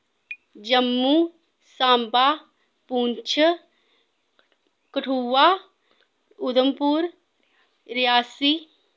Jammu Samba Poonch Kathua Udhampur Reasi